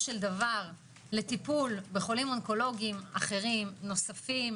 של דבר לטיפןל בחולים אונקולוגיים נוספים,